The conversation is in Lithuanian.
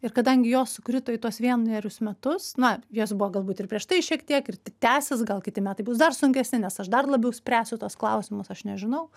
ir kadangi jos sukrito į tuos vienerius metus na jos buvo galbūt ir prieš tai šiek tiek ir t tęsis gal kiti metai bus dar sunkesni aš dar labiau spręsiu tuos klausimus aš nežinau